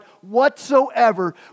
whatsoever